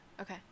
Okay